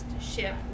ship